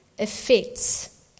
effects